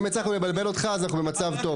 אם הצלחנו לבלבל אותך, אז אנחנו במצב טוב.